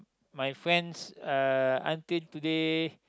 my friends uh until today